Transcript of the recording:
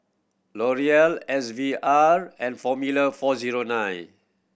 L'Oreal S V R and Formula Four Zero Nine